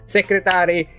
secretary